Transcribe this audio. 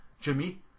Jimmy